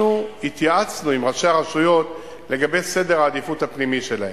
אנחנו התייעצנו עם ראשי הרשויות לגבי סדר העדיפויות הפנימי שלהם,